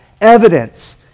evidence